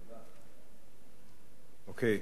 אוקיי.